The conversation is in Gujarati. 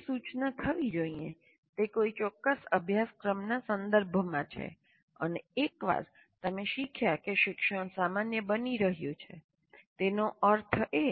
જે રીતે સૂચના થવી જોઈએ તે કોઈ ચોક્કસ અભ્યાસક્રમના સંદર્ભમાં છે અને એકવાર તમે શીખ્યા કે શિક્ષણ સામાન્ય બની રહ્યું છે તેનો અર્થ એ